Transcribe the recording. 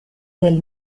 del